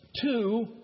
Two